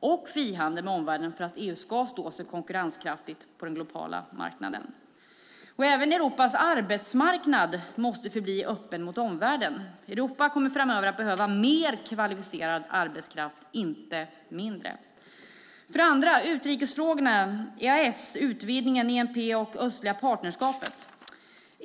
och frihandel med omvärlden för att EU ska stå sig konkurrenskraftigt på den globala marknaden. Även Europas arbetsmarknad måste förbli öppen mot omvärlden. Europa kommer framöver att behöva mer kvalificerad arbetskraft, inte mindre. För det andra handlar det om utrikesfrågorna, EAS, utvidgningen, ENP och östliga partnerskapet.